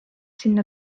sinna